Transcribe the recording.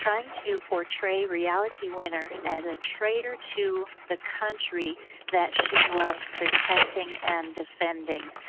trying to portray reality winner as a traitor to the country that she was protecting and defending.